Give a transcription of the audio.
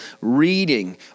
reading